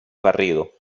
garrido